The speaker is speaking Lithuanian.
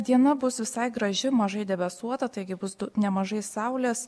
diena bus visai graži mažai debesuota taigi bus nemažai saulės